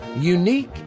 unique